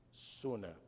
sooner